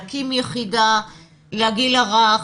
להקים יחידה לגיל הרך,